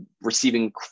receiving